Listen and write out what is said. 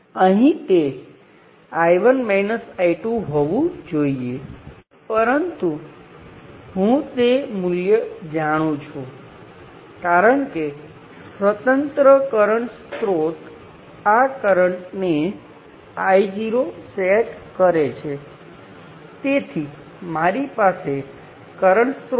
અને જો હું આ સર્કિટને તે સર્કિટમાંથી મેળવી છે તે હકીકતને ભૂલીને આ જોડાણ કરું જો તમને આ સર્કિટ આપવામાં આવી હોય અને તમને વિશ્લેષણ કરવાનું કહેવામાં આવે તો તમે સરળતાથી જોઈ શકો કે અહીં 6 વોલ્ટ છે અને આમાંથી કરંટ બે મિલિએમ્પ છે તેમાંથી કરંટ 0